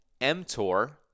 mTOR